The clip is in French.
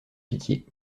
pitié